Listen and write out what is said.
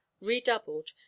redoubled